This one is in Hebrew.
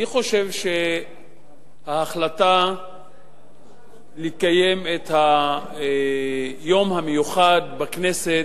אני חושב שההחלטה לקיים את היום המיוחד בכנסת